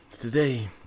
today